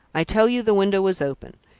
i tell you the window was open.